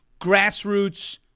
grassroots